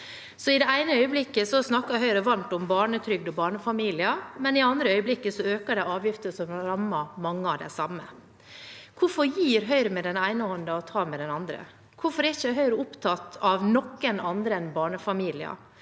I det ene øyeblikket snakker Høyre varmt om barnetrygd og barnefamilier, men i det andre øyeblikket øker de avgifter som rammer mange av de samme. Hvorfor gir Høyre med den ene hånden og tar med den andre? Hvorfor er ikke Høyre opptatt av andre enn barnefamilier?